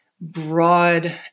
broad